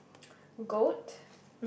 goat